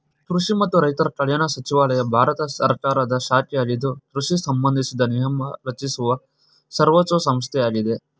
ಕೃಷಿ ಮತ್ತು ರೈತರ ಕಲ್ಯಾಣ ಸಚಿವಾಲಯ ಭಾರತ ಸರ್ಕಾರದ ಶಾಖೆಯಾಗಿದ್ದು ಕೃಷಿ ಸಂಬಂಧಿಸಿದ ನಿಯಮ ರಚಿಸುವ ಸರ್ವೋಚ್ಛ ಸಂಸ್ಥೆಯಾಗಿದೆ